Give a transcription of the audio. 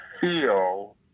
feel